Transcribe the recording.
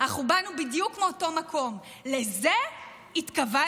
אנחנו באנו בדיוק מאותו מקום, לזה התכוונתם?